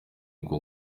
ngo